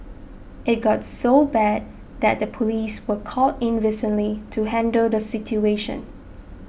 it got so bad that the police were called in recently to handle the situation